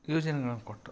ಯೋಜನೆಗಳನ್ನು ಕೊಟ್ಟು